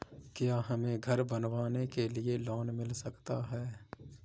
क्या हमें घर बनवाने के लिए लोन मिल सकता है?